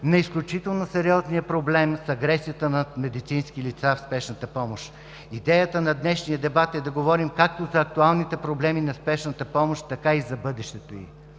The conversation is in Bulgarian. на изключително сериозния проблем с агресията над медицински лица в спешната помощ. Идеята на днешния дебат е да говорим както за актуалните проблеми на спешната помощ, така и за бъдещето й.